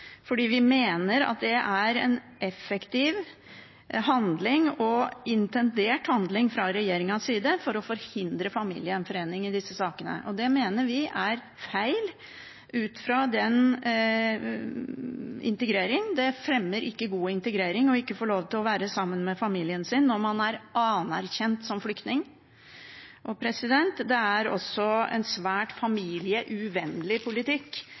fordi vi mener at det er en effektiv og intendert handling fra regjeringens side for å forhindre familiegjenforening i disse sakene. Det mener vi er feil, ut fra at det ikke fremmer god integrering å ikke få lov til å være sammen med familien sin når man er anerkjent som flyktning. Det er også en svært familieuvennlig politikk